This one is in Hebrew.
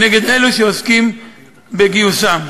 נגד אלה שעוסקים בגיוסם.